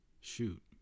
shoot